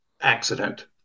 accident